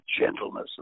gentleness